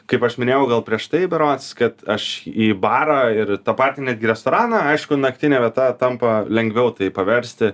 kaip aš minėjau gal prieš tai berods kad aš į barą ir tą patį netgi restoraną aišku naktine vieta tampa lengviau tai paversti